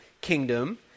kingdom